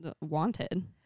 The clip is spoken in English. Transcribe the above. wanted